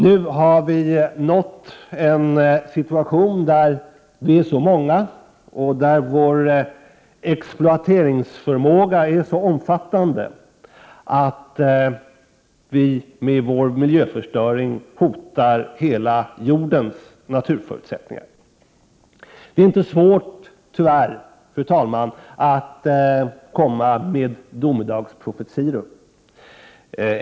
Nu har vi nått en situation där vi är så många och där vår exploateringsförmåga är så omfattande att vi med vår miljöförstöring hotar hela jordens naturförutsättningar. Det är tyvärr inte svårt, fru talman, att komma med domedagsprofetior.